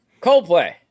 Coldplay